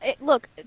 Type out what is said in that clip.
Look